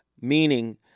meaning